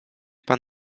pan